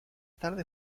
tarde